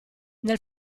nel